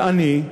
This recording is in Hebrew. ואני,